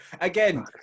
again